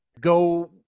Go